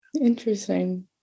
Interesting